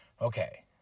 Okay